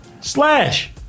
Slash